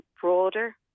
broader